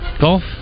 Golf